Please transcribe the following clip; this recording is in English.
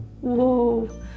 whoa